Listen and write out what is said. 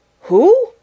Who